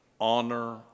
honor